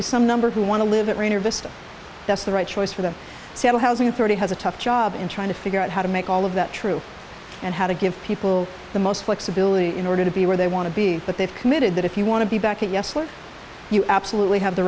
be some number who want to live in rain or vista that's the right choice for the seattle housing authority has a tough job in trying to figure out how to make all of that true and how to give people the most flexibility in order to be where they want to be but they've committed that if you want to be back at us like you absolutely have the